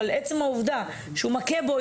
אבל עצם העובדה שהוא מכה בו,